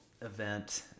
event